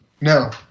No